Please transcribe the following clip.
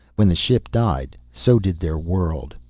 when the ship died, so did their world.